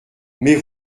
mais